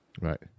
Right